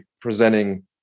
presenting